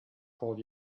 called